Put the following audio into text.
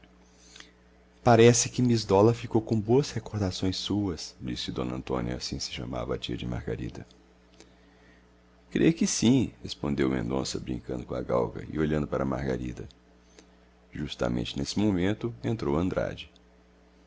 parece que miss dollar ficou com boas recordações suas disse d antônia assim se chamava a tia de margarida creio que sim respondeu mendonça brincando com a galga e olhando para margarida justamente nesse momento entrou andrade